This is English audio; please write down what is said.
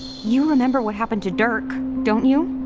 you remember what happened to dirk, don't you?